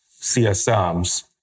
CSMs